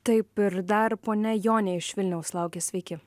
taip ir dar ponia jonė iš vilniaus laukia sveiki